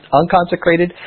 unconsecrated